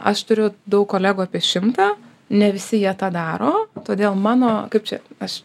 aš turiu daug kolegų apie šimtą ne visi jie tą daro todėl mano kaip čia aš